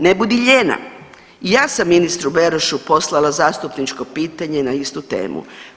Ne budi lijena i ja sam ministru Berošu poslala zastupničko pitanja na istu temu.